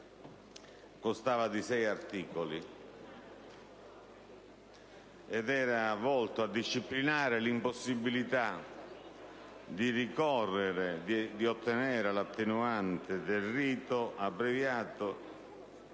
constava di sei articoli ed era volto a disciplinare l'impossibilità di ottenere l'attenuante del rito abbreviato